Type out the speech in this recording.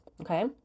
Okay